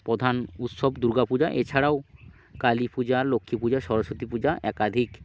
প্রধান উৎসব দুর্গা পূজা এছাড়াও কালী পূজা লক্ষ্মী পূজা সরস্বতী পূজা একাধিক